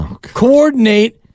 Coordinate